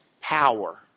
power